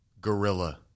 Gorilla